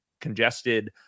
congested